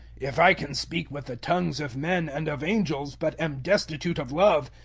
if i can speak with the tongues of men and of angels, but am destitute of love,